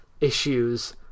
issues